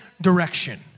direction